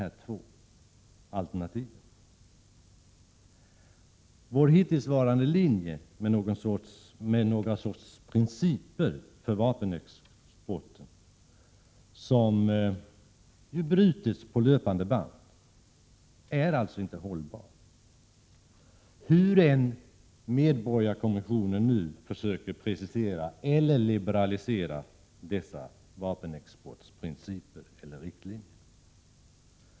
Sveriges hittillsvarande linje, med någon sorts principer för vapenexporten som sedan brutits på löpande band, är inte hållbar, hur än medborgarkommissionen försöker precisera eller liberalisera dessa vapenexportprinciper eller riktlinjer.